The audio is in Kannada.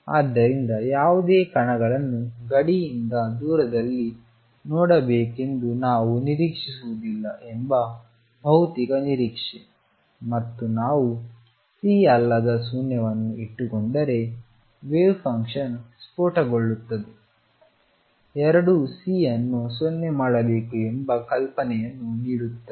ಆದ್ದರಿಂದ ಯಾವುದೇ ಕಣಗಳನ್ನು ಗಡಿಯಿಂದ ದೂರದಲ್ಲಿ ನೋಡಬೇಕೆಂದು ನಾವು ನಿರೀಕ್ಷಿಸುವುದಿಲ್ಲ ಎಂಬ ಭೌತಿಕ ನಿರೀಕ್ಷೆ ಮತ್ತು ನಾವು C ಅಲ್ಲದ ಶೂನ್ಯವನ್ನು ಇಟ್ಟುಕೊಂಡರೆ ವೇವ್ ಫಂಕ್ಷನ್ ಸ್ಫೋಟಗೊಳ್ಳುತ್ತದೆ ಎರಡೂ C ಅನ್ನು 0 ಮಾಡಬೇಕು ಎಂಬ ಕಲ್ಪನೆಯನ್ನು ನೀಡುತ್ತದೆ